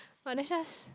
but that's just